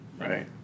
right